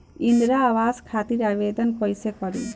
इंद्रा आवास खातिर आवेदन कइसे करि?